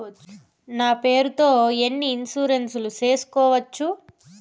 నా పేరుతో ఎన్ని ఇన్సూరెన్సులు సేసుకోవచ్చు?